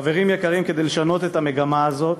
חברים יקרים, כדי לשנות את המגמה הזאת